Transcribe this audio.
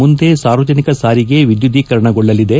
ಮುಂದೆ ಸಾರ್ವಜನಿಕ ಸಾರಿಗೆ ವಿದ್ಯುದ್ಗೀಕರಣಗೊಳ್ಳಲಿದೆ